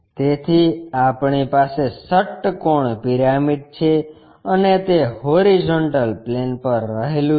તેથી આપણી પાસે ષટ્કોણ પિરામિડ છે અને તે હોરીઝોન્ટલ પ્લેન પર રહેલું છે